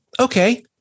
okay